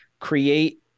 create